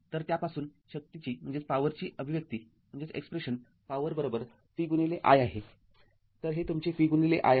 तरत्यापासून शक्तीची अभिव्यक्ती शक्ती vi आहे तर हे तुमचे vi आहे